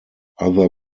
other